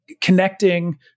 connecting